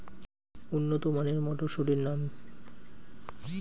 উন্নত মানের মটর মটরশুটির নাম?